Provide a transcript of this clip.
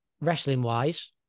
Wrestling-wise